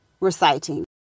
reciting